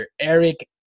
Eric